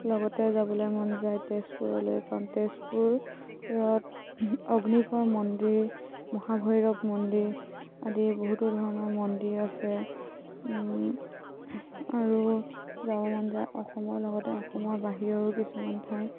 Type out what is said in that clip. লগতে যাবলৈ মন যায় তেজপুৰলৈ কাৰণ তেজপুৰত অগ্নিগড় মন্দিৰ মহাভৈৰৱ মন্দিৰ আদি বহুতো ধৰণৰ মন্দিৰ আছে আৰু যাব মন যায় অসমৰ লগতে অসমৰ বাহিৰৰো কিছুমান ঠাই